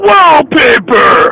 Wallpaper